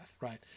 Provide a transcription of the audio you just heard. right